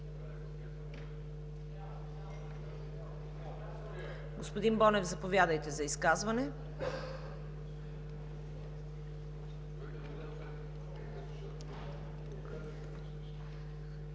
Господин Шопов, заповядайте за изказване.